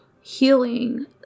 healing